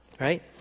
right